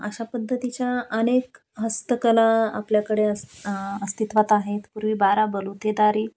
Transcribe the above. अशा पद्धतीच्या अनेक हस्तकला आपल्याकडे अस अस्तित्वात आहेत पूर्वी बारा बलुतेदारी